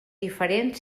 diferent